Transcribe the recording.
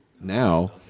now